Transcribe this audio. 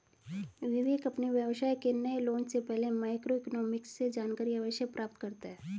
विवेक अपने व्यवसाय के नए लॉन्च से पहले माइक्रो इकोनॉमिक्स से जानकारी अवश्य प्राप्त करता है